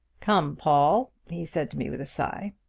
come, paul! he said to me with a sigh.